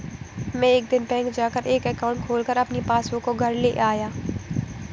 मै एक दिन बैंक जा कर एक एकाउंट खोलकर अपनी पासबुक को घर ले आया